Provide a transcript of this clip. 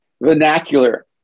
vernacular